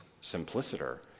simpliciter